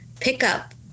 pickup